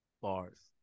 Bars